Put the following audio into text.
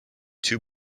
two